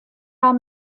are